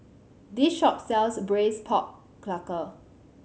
this shop sells Braised Pork Knuckle